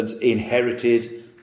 inherited